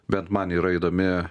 bent man yra įdomi